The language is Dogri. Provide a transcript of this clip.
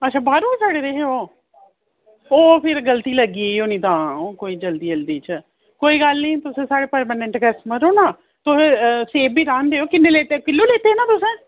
अच्छा बाहरा बी सड़े दे हे ओह् ते ओह् फिर गलती लग्गी होनी तां जल्दी जल्दी च कोई गल्ल निं तुस साढ़े परमानेंट कस्टमर ओ ना तुस सेव बी रैह्न देओ किन्ने लैते हे किलो लैते हे ना तुसें